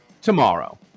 tomorrow